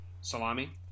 salami